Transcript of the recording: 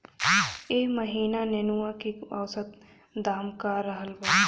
एह महीना नेनुआ के औसत दाम का रहल बा?